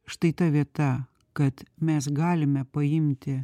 štai ta vieta kad mes galime paimti